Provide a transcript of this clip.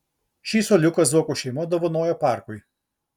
ši suoliuką zuokų šeima dovanojo parkui